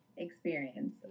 experience